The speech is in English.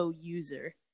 user